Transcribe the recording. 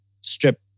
strip